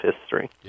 history